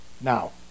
Now